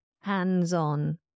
Hands-on